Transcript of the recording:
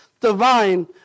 divine